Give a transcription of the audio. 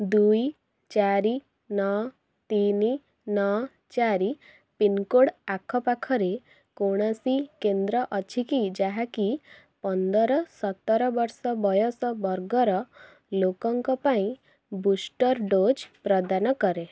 ଦୁଇ ଚାରି ନଅ ତିନି ନଅ ଚାରି ପିନ୍କୋଡ଼୍ ଆଖପାଖରେ କୌଣସି କେନ୍ଦ୍ର ଅଛି କି ଯାହାକି ପନ୍ଦର ସତର ବର୍ଷ ବୟସ ବର୍ଗର ଲୋକଙ୍କ ପାଇଁ ବୁଷ୍ଟର ଡୋଜ୍ ପ୍ରଦାନ କରେ